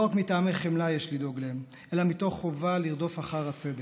לא רק מטעמי חמלה יש לדאוג להם אלא מתוך חובה לרדוף אחר הצדק.